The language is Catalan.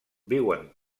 viuen